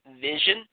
vision